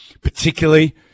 particularly